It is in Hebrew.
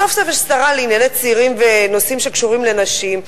סוף-סוף יש שרה לענייני צעירים ונושאים שקשורים לנשים.